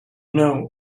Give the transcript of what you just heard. know